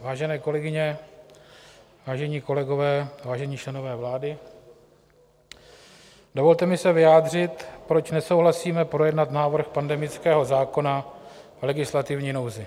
Vážené kolegyně, vážení kolegové, vážení členové vlády, dovolte mi se vyjádřit, proč nesouhlasíme projednat návrh pandemického zákona v legislativní nouzi.